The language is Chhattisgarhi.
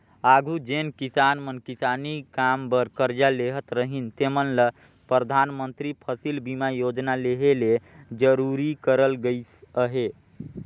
आघु जेन किसान मन किसानी काम बर करजा लेहत रहिन तेमन ल परधानमंतरी फसिल बीमा योजना लेहे ले जरूरी करल गइस अहे